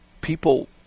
people